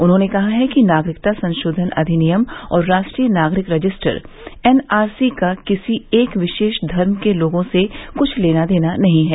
उन्होंने कहा है कि नागरिकता संशोधन अधिनियम और राष्ट्रीय नागरिक रजिस्टर एनआरसी का किसी एक विशेष धर्म के लोगों से कृष्ठ लेना देना नहीं है